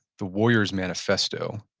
the warrior's manifesto.